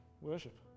worship